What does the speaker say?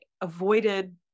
avoided